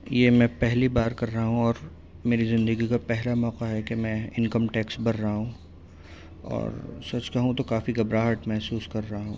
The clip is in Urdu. یہ میں پہلی بار کر رہا ہوں اور میری زندگی کا پہلا موقع ہے کہ میں انکم ٹیکس بھر رہا ہوں اور سچ کہوں تو کافی گھبراہٹ محسوس کر رہا ہوں